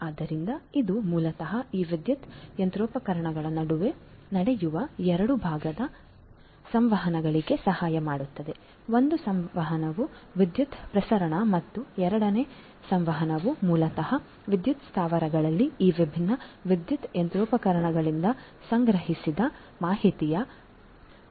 ಆದ್ದರಿಂದ ಇದು ಮೂಲತಃ ಈ ವಿದ್ಯುತ್ ಯಂತ್ರೋಪಕರಣಗಳ ನಡುವೆ ನಡೆಯುವ 2 ಬಗೆಯ ಸಂವಹನಗಳಿಗೆ ಸಹಾಯ ಮಾಡುತ್ತದೆ ಒಂದು ಸಂವಹನವು ವಿದ್ಯುತ್ ಪ್ರಸರಣ ಮತ್ತು ಎರಡನೆಯ ಸಂವಹನವು ಮೂಲತಃ ವಿದ್ಯುತ್ ಸ್ಥಾವರಗಳಲ್ಲಿ ಈ ವಿಭಿನ್ನ ವಿದ್ಯುತ್ ಯಂತ್ರೋಪಕರಣಗಳಿಂದ ಸಂಗ್ರಹಿಸಿದ ಮಾಹಿತಿಯ ಪ್ರಸರಣವಾಗಿದೆ